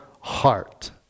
heart